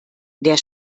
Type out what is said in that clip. der